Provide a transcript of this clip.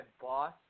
boss